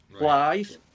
live